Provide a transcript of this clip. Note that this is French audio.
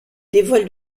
dévoile